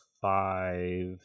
five